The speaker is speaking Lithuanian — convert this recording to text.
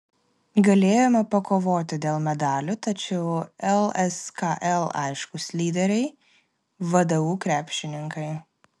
galėjome pakovoti dėl medalių tačiau lskl aiškūs lyderiai vdu krepšininkai